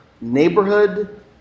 neighborhood